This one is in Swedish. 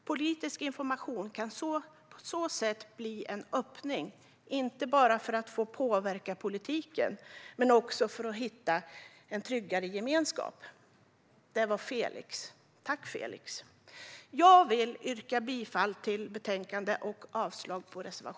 Politisk information kan på så sätt bli en öppning, inte bara för att få påverka politiken utan också för att hitta en tryggare gemenskap. Det var Felix. Tack, Felix! Jag vill yrka bifall till utskottets förslag!